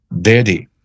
Daddy